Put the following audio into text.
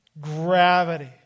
gravity